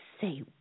Say